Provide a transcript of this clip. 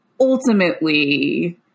ultimately